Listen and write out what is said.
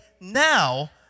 now